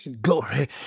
glory